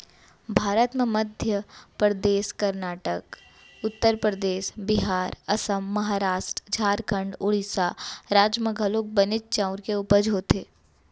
भारत म मध्य परदेस, करनाटक, उत्तर परदेस, बिहार, असम, महारास्ट, झारखंड, ओड़ीसा राज म घलौक बनेच चाँउर के उपज होथे